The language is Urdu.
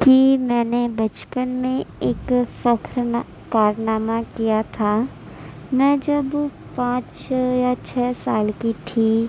کہ میں نے بچپن میں ایک فخر نہ کارنامہ کیا تھا میں جب پانچ یا چھ سال کی تھی